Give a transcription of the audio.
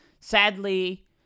Sadly